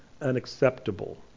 unacceptable